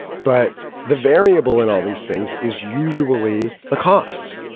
but the variable in all these things is usually the costs.